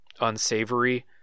unsavory